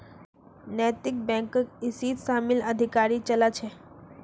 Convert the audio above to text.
नैतिक बैकक इसीत शामिल अधिकारी चला छे